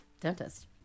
dentist